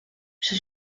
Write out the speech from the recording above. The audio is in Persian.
میشه